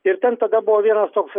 ir ten tada buvo vienas toks